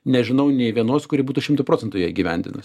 nežinau nė vienos kuri būtų šimtu procentų ją įgyvendinus